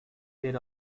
there